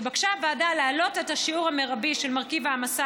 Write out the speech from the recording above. התבקשה הוועדה להעלות את השיעור המרבי של מרכיב ההעמסה